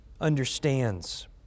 understands